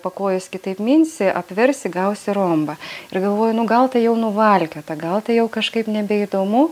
pakojus kitaip minsi apversi gausi rombą ir galvoju nu gal tai jau nuvalkiota gal tai jau kažkaip nebeįdomu